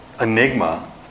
enigma